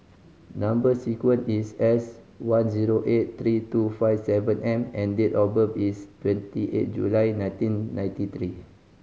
number sequence is S one zero eight three two five seven M and date of birth is twenty eight July nineteen ninety three